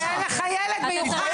כי אין לך ילד מיוחד.